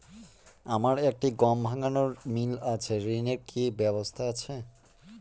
আমার একটি গম ভাঙানোর মিল আছে ঋণের কি ব্যবস্থা আছে?